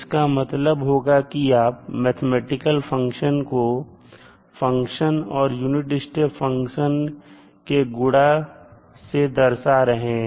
इसका मतलब होगा कि आप मैथमेटिकल फंक्शन को फंक्शन और यूनिट स्टेप फंक्शन के गुड़ा से दर्शा रहे हैं